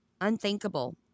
Unthinkable